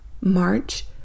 march